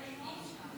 אדוני היושב-ראש?